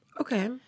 Okay